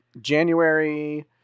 January